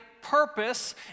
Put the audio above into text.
purpose